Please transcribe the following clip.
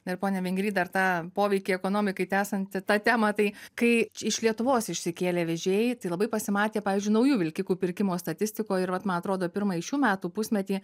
ir pone vingry dar tą poveikį ekonomikai tęsiant tą temą tai kai iš lietuvos išsikėlė vežėjai tai labai pasimatė pavyzdžiui naujų vilkikų pirkimo statistikoj ir vat man atrodo pirmąjį šių metų pusmetį